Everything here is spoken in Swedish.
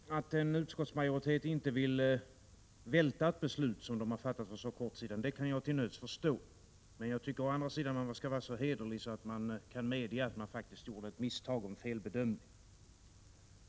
Herr talman! Att en utskottsmajoritet inte vill välta ett beslut som den har fattat för så kort tid sedan kan jag till nöds förstå, men jag tycker i alla fall att man skall vara så hederlig att man kan medge att man faktiskt gjorde ett misstag och en felbedömning.